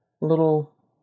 little